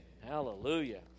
Hallelujah